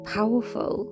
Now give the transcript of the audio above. powerful